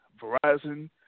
Verizon